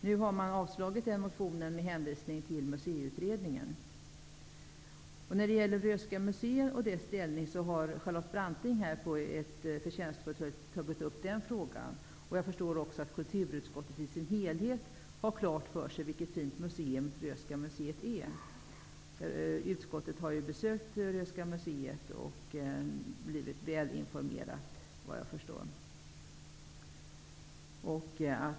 Nu har utskottet avstyrkt motionen med hänvisning till När det gäller Röhsska museet och dess ställning har Charlotte Branting på ett mycket förtjänstfullt sätt tagit upp den frågan. Jag förstår också att kulturutskottet i dess helhet har klart för sig vilket fint museum Röhsska museet är. Utskottet har ju besökt Röhsska museet och blivit väl informerat, såvitt jag förstår.